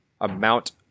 amount